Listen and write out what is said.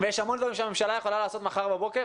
יש המון דברים שהממשלה יכולה לעשות מחר בבוקר,